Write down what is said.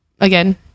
Again